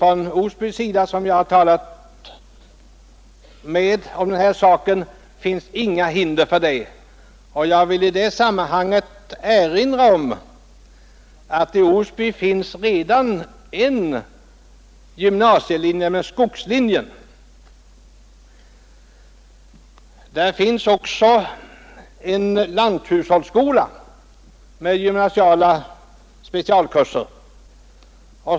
Från Osbys sida — jag har talat med vederbörande om den här saken — finns inga hinder. Jag vill i detta sammanhang erinra om att det i Osby redan finns en gymnasial skogslinje. Där finns också en lanthushållsskola med gymnasiala specialkurser.